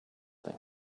thing